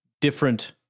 different